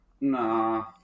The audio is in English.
Nah